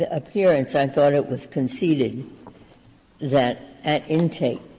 ah appearance, i thought it was conceded that at intake,